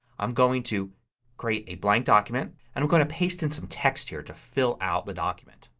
i'm going to create a blank document and i'm going to paste in some text here to fill out the document.